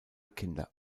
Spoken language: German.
kinder